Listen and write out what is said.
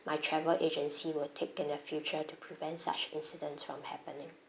my travel agency will take in the future to prevent such incidents from happening